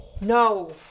No